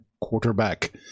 quarterback